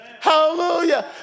Hallelujah